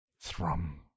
thrum